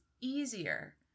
easier